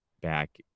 back